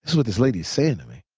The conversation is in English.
is what this lady is saying to me.